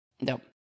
Nope